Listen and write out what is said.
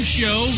show